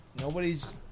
Nobody's